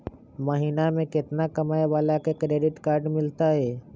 महीना में केतना कमाय वाला के क्रेडिट कार्ड मिलतै?